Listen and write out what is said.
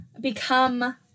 become